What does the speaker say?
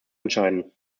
entscheiden